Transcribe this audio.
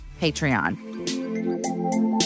Patreon